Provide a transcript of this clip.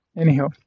anyhow